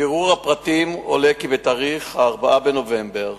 מבירור הפרטים עולה כי ב-4 בנובמבר